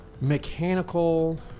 mechanical